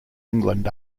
england